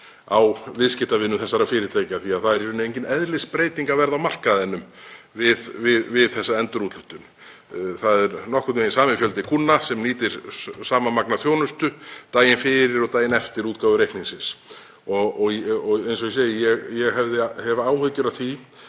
á viðskiptavinum þessara fyrirtækja því að það er í rauninni engin eðlisbreyting að verða á markaðnum við þessa endurúthlutun. Það er nokkurn veginn sami fjöldi kúnna sem nýtir sama magn af þjónustu daginn fyrir og daginn eftir útgáfu reikningsins. Ég hef áhyggjur af því